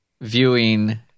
viewing